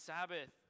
Sabbath